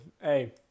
Hey